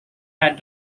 had